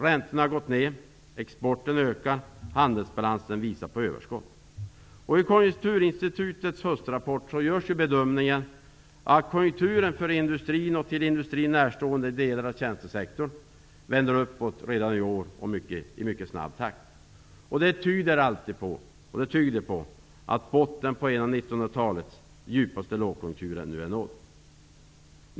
Räntorna har gått ner, exporten ökar och handelsbalansen visar på överskott. I Konjunkturinstitutets höstrapport görs bedömningen att konjunkturen för industrin och för till industrin närstående delar av tjänstesektorn vänder uppåt redan i år i mycket snabb takt. Det tyder på att botten på en av 1900-talets djupaste lågkonjunkturer nu är nådd.